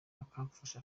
akamfasha